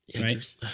Right